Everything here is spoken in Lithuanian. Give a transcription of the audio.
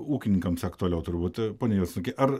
ūkininkams aktualiau turbūt pone juodsnuki ar